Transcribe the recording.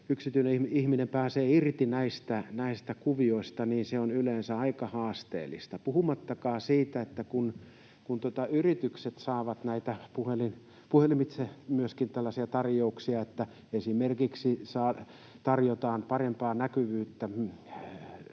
yksityinen ihminen pääsee irti näistä kuvioista, on yleensä aika haasteellista — puhumattakaan siitä, että myöskin yritykset saavat puhelimitse tällaisia tarjouksia, että esimerkiksi tarjotaan parempaa näkyvyyttä